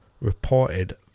reported